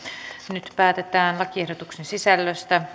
nyt päätetään lakiehdotuksen sisällöstä